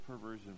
perversion